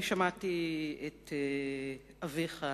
אני שמעתי את אביך,